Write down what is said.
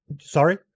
Sorry